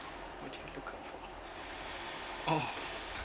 what do you look out for oh